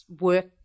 work